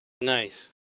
Nice